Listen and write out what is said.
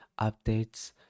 updates